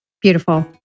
Beautiful